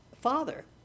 father